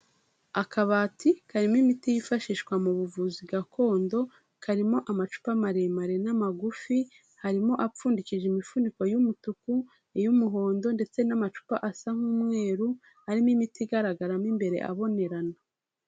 Akabati karimo imiti yifashishwa mu buvuzi gakondo, karimo amacupa maremare n'amagufi, harimo apfundikije imifuniko y'umutuku, iy'umuhondo ndetse n'amacupa asa nk'umweru arimo imiti igaragara mo imbere abonerana.